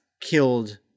killed